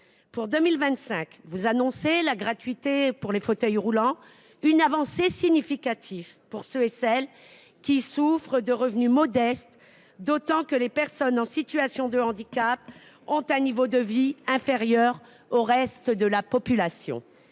Pour 2025, vous annoncez la gratuité des fauteuils roulants, une avancée significative pour ceux et celles qui souffrent de revenus modestes, d’autant que les personnes en situation de handicap ont un niveau de vie inférieur au reste de la population.